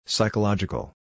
Psychological